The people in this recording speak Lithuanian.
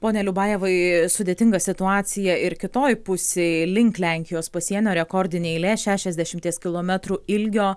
pone liubajevai sudėtinga situacija ir kitoj pusėj link lenkijos pasienio rekordinė eilė šešiasdešimties kilometrų ilgio